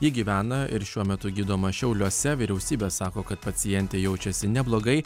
ji gyvena ir šiuo metu gydoma šiauliuose vyriausybė sako kad pacientė jaučiasi neblogai